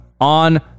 on